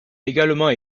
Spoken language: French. également